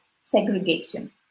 segregation